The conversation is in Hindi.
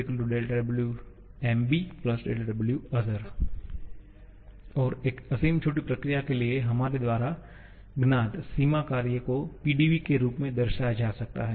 𝛿𝑊 𝛿𝑊𝑚𝑏 𝛿𝑊𝑜𝑡ℎ𝑒𝑟 और एक असीम छोटी प्रक्रिया के लिए हमारे द्वारा ज्ञात सीमा कार्य को PdV के रूप में दर्शाया जा सकता है